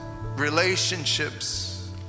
relationships